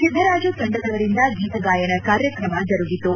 ಸಿದ್ದರಾಜು ತಂಡದವರಿಂದ ಗೀತಗಾಯನ ಕಾರ್ಯಕ್ರಮ ಜರುಗಿತು